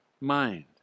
mind